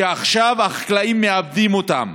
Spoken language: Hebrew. שעכשיו החקלאים מעבדים אותם